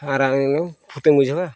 ᱟᱨᱟᱜ ᱮᱱᱟᱹᱧ ᱯᱷᱩᱨᱛᱤᱢ ᱵᱩᱡᱷᱟᱹᱣᱟ